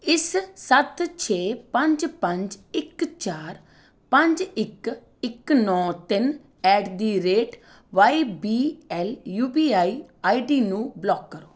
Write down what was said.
ਇਸ ਸੱਤ ਛੇ ਪੰਜ ਪੰਜ ਇੱਕ ਚਾਰ ਪੰਜ ਇੱਕ ਇੱਕ ਨੌਂ ਤਿੰਨ at the rate Y B L U P I I D ਨੂੰ ਬਲੋਕ ਕਰੋ